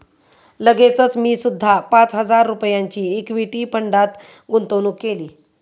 लगेचच मी सुद्धा पाच हजार रुपयांची इक्विटी फंडात गुंतवणूक केली